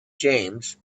james